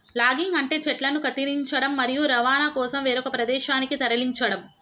logging అంటే చెట్లను కత్తిరించడం, మరియు రవాణా కోసం వేరొక ప్రదేశానికి తరలించడం